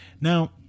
Now